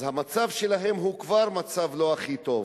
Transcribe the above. אז המצב שלה הוא כבר לא הכי טוב.